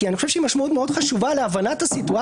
כי אני חושב שהיא משמעות מאוד חשובה להבנת הסיטואציה.